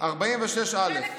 46(א):